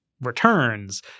returns